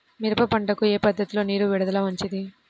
మిరప పంటకు ఏ పద్ధతిలో నీరు విడుదల మంచిది?